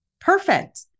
Perfect